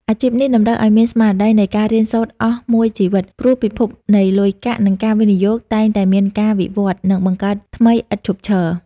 អាជីពនេះតម្រូវឱ្យមានស្មារតីនៃការរៀនសូត្រអស់មួយជីវិត ព្រោះពិភពនៃលុយកាក់ និងការវិនិយោគតែងតែមានការវិវត្តន៍ និងបង្កើតថ្មីឥតឈប់ឈរ។